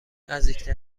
نزدیکترین